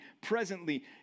presently